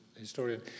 historian